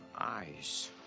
eyes